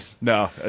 No